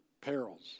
perils